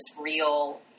real